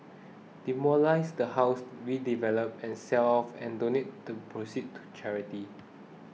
demolish the house we develop and sell off and donate the proceeds to charity